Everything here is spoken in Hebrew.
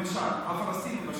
למשל הפלסטינים בשטחים,